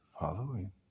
following